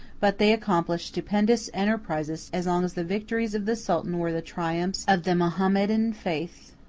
but they accomplished stupendous enterprises as long as the victories of the sultan were the triumphs of the mohammedan faith.